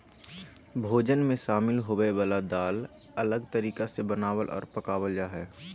भोजन मे शामिल होवय वला दाल अलग अलग तरीका से बनावल आर पकावल जा हय